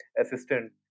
assistant